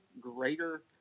greater